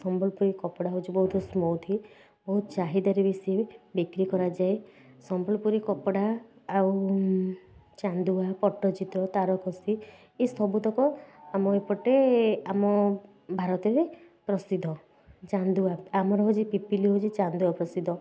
ସମ୍ବଲପୁରୀ କପଡ଼ା ହେଉଛି ବହୂତି ସ୍ମୁଥ ହି ବହୁତ ଚାହିଦାରେ ବେଶି ବିକ୍ରି କରାଯାଏ ସମ୍ବଲପୁରୀ କପଡ଼ା ଆଉ ଚାନ୍ଦୁଆ ପଟ୍ଟଚିତ୍ର ତାରକସି ଏ ସବୁତକ ଆମ ଏପଟେ ଆମ ଭାରତରେ ପ୍ରସିଦ୍ଧ ଚାନ୍ଦୁଆ ଆମର ହେଉଛି ପିପିଲି ହେଉଛି ଚାନ୍ଦୁଆ ପ୍ରସିଦ୍ଧ